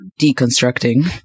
deconstructing